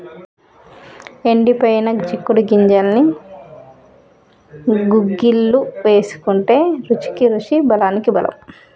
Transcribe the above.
ఎండిపోయిన చిక్కుడు గింజల్ని గుగ్గిళ్లు వేసుకుంటే రుచికి రుచి బలానికి బలం